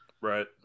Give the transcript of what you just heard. Right